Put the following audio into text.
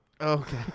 Okay